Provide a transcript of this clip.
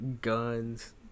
Guns